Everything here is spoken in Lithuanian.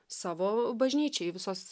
savo bažnyčiai visos